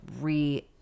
re